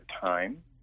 time